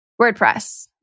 WordPress